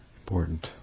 important